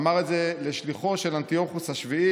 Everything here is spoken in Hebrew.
הוא אמר את זה לשליחו של אנטיוכוס השביעי.